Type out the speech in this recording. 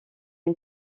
une